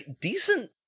decent